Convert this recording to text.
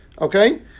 Okay